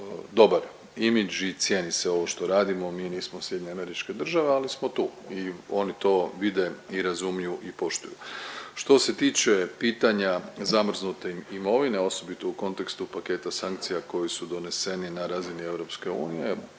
dobar image i cijeni se ovo što radimo. Mi nismo SAD ali smo tu i oni to vide i razumiju i poštuju. Što se tiče pitanja zamrznute imovine osobito u kontekstu paketa sankcija koji su doneseni na razini EU